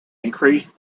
increased